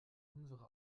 unsere